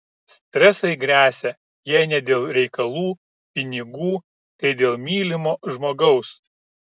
stresai gresia jei ne dėl reikalų pinigų tai dėl mylimo žmogaus